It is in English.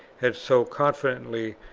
had so confidently,